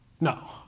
No